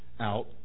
out